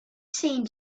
seemed